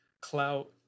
clout